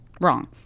Wrong